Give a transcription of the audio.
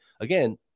again